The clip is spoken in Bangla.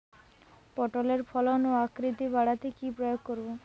পটলের ফলন ও আকৃতি বাড়াতে কি প্রয়োগ করব?